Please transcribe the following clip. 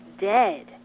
dead